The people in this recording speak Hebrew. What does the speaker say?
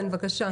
כן, בקשה.